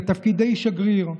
לתפקידי שגריר,